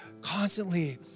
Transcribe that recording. constantly